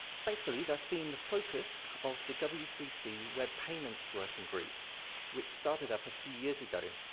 thankfully, that's been the focus of the w three c web payments working group which started up a few years ago.